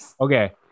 okay